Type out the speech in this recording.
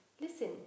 Listen